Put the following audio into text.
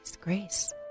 Grace